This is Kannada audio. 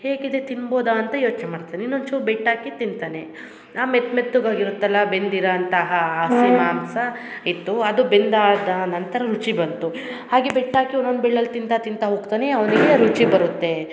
ಹೇಗಿದೆ ತಿನ್ಬೋದ ಅಂತ ಯೋಚನೆ ಮಾಡ್ತಾನೆ ಇನ್ನೊಂದು ಚೂರು ಬೆಟ್ಟು ಹಾಕಿ ತಿಂತಾನೆ ಆ ಮೆತ್ತ ಮೆತ್ತಗ ಆಗಿರತ್ತಲ್ಲ ಬೆಂದಿರ ಅಂತ ಆ ಹಸಿ ಮಾಂಸ ಇತ್ತು ಅದು ಬೆಂದಾದ ನಂತರ ರುಚಿ ಬಂತು ಹಾಗೆ ಬೆಟ್ಟು ಹಾಕಿ ಒನ್ನೊಂದು ಬೆಳ್ಳಲ್ಲಿ ತಿಂತಾ ತಿಂತಾ ಹೋಗ್ತಾನೆ ಅವನಿಗೆ ರುಚಿ ಬರುತ್ತೆ